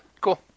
cool